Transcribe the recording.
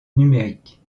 numérique